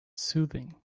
soothing